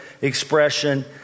expression